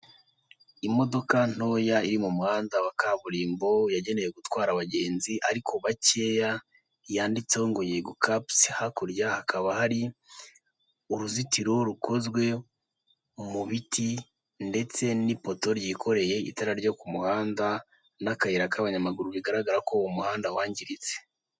Imodoka ntoya iri mu muhanda wa kaburimbo yagenewe gutwara abagenzi, ariko bakeya, yanditseho ngo yego cabs, hakurya hakaba hari uruzitiro rukozwe mu biti, ndetse n'ipoto ryikoreye itara ryo ku muhanda, n'akayira k'abanyamaguru bigaragara ko umuhanda wangiritse.